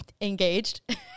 engaged